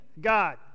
God